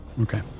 Okay